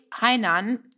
Hainan